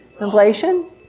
Inflation